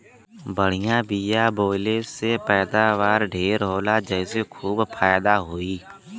बढ़िया बिया बोवले से पैदावार ढेर होला जेसे खूब फायदा होई